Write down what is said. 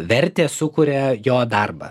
vertę sukuria jo darbas